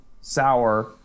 sour